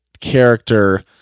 character